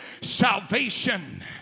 salvation